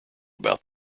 about